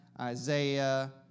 Isaiah